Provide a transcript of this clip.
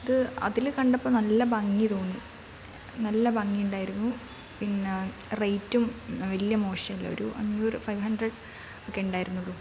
അത് അതിൽ കണ്ടപ്പോൾ നല്ല ഭംഗിതോന്നി നല്ല ഭംഗിയുണ്ടായിരുന്നു പിന്നെ റെയ്റ്റും വലിയ മോശമില്ല ഒരു അഞ്ഞൂറ് ഫൈവ് ഹൻഡ്രഡ് ഒക്കെ ഉണ്ടായിരുന്നുള്ളു